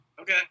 Okay